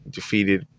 defeated